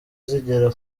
zigera